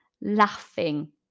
laughing